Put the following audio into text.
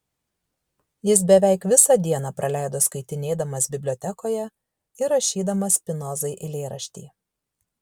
jis beveik visą dieną praleido skaitinėdamas bibliotekoje ir rašydamas spinozai eilėraštį